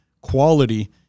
quality